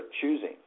choosing